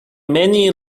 many